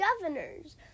governors